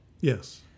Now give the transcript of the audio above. Yes